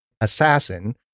assassin